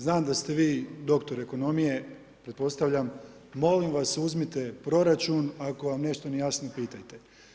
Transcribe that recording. Znam da ste vi doktor ekonomije, pretpostavljam, molim vas, uzmite proračun, ako vam nešto nije jasno, pitajte.